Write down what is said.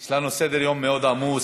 יש לנו סדר-יום מאוד עמוס.